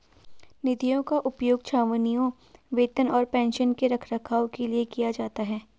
निधियों का उपयोग छावनियों, वेतन और पेंशन के रखरखाव के लिए किया जाता है